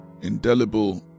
indelible